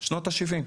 שנות ה-70'.